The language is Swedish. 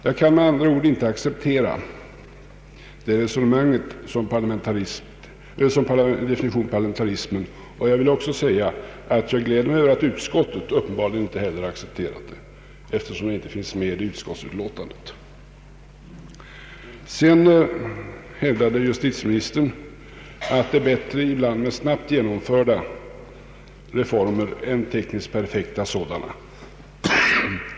Jag kan med andra ord inte acceptera det resonemanget som definition på parlamentarism, och jag vill också säga att jag gläder mig över att utskottet uppenbarligen inte heller accepterat det, eftersom det inte finns med i utskottsutlåtandet. Sedan hävdar justitieministern att det ibland är bättre med snabbt genomförda reformer än med tekniskt perfekta sådana.